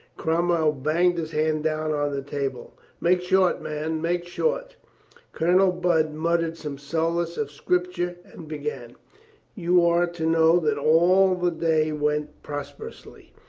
cromwell banged his hand down on the table. make short, man, make short colonel budd muttered some solace of scripture and began you are to know that all the day went prosperously.